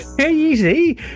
easy